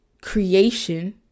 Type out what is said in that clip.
creation